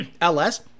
LS